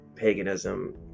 Paganism